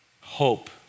hope